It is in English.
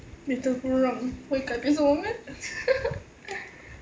later 不让会改变什么 meh